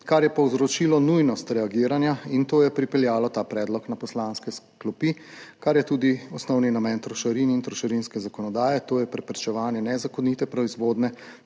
kar je povzročilo nujnost reagiranja in to je pripeljalo ta predlog na poslanske klopi, kar je tudi osnovni namen trošarin in trošarinske zakonodaje, to je preprečevanje nezakonite proizvodnje